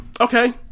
okay